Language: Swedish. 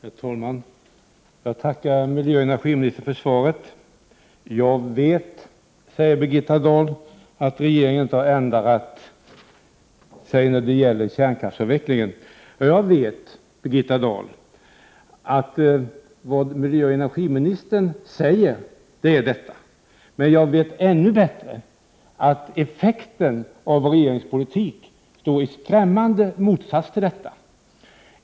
Herr talman! Jag tackar miljöoch energiministern för svaret. Jag vet, säger Birgitta Dahl, att regeringen inte har ändrat sig när det gäller kärnkraftsavvecklingen. Ja, jag vet att detta är vad miljöoch energiministern säger. Men jag vet ännu bättre att effekten av regeringens politik står i skrämmande motsats till detta.